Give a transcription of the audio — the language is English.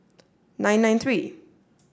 nine nine three